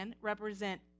represent